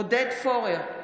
עודד פורר,